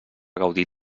gaudir